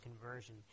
conversion